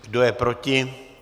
Kdo je proti?